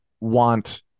want